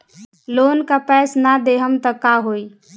Loan का पैस न देहम त का होई?